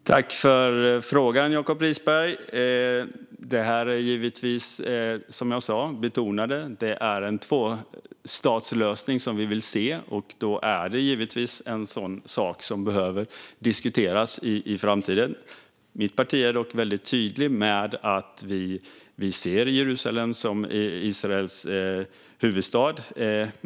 Fru talman! Tack för frågan, Jacob Risberg! Som jag betonade är det givetvis en tvåstatslösning som vi vill se. Det är en sådan sak som behöver diskuteras i framtiden. Mitt parti är dock väldigt tydligt med att vi vill se Jerusalem som Israels huvudstad.